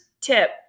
tip